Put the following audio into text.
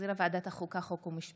שהחזירה ועדת החוקה, חוק ומשפט.